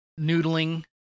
noodling